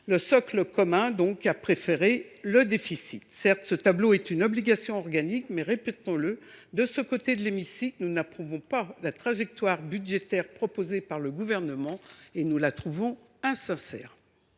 « socle commun » a préféré le déficit… Certes, ce tableau est une obligation organique ; cependant, répétons le : de ce côté de l’hémicycle, nous n’approuvons pas la trajectoire budgétaire proposée par le Gouvernement, que nous jugeons insincère.